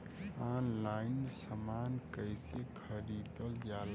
Online समान कैसे खरीदल जाला?